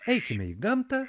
eikime į gamtą